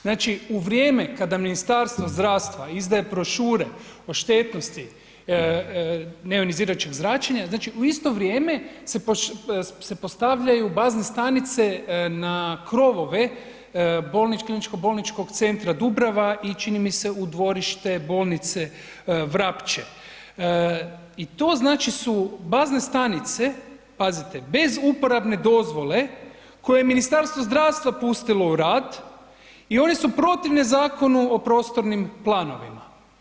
Znači u vrijeme kada Ministarstvo zdravstva izdaje brošure o štetnosti neonizirajućeg zračenja, znači u isto vrijeme se postavljaju bazne stanice na krovove Kliničkog bolničkog centra Dubrava i čini mi se u dvorište bolnice Vrapče i to znači su bazne stanice pazite bez uporabne dozvole koje je Ministarstvo zdravstva pustilo u rad i one su protivne Zakonu o prostornim planovima.